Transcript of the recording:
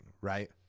right